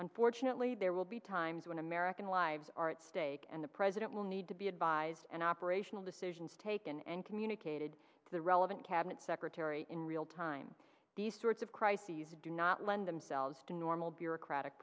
unfortunately there will be times when american lives are at stake and the president will need to be advised and operational decisions taken and communicated to the relevant cabinet secretary in real time these sorts of crises do not lend themselves to normal bureaucratic